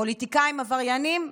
פוליטיקאים עבריינים?